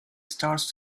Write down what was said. starts